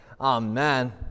Amen